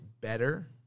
better